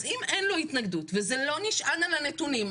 אז אם אין לו התנגדות וזה לא נשען על הנתונים,